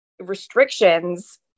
restrictions